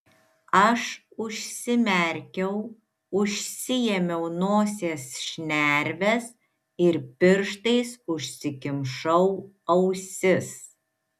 aš užsimerkiau užsiėmiau nosies šnerves ir pirštais užsikimšau ausis